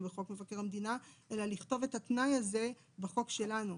בחוק מבקר המדינה אלא לכתוב את התנאי הזה בחוק שלנו.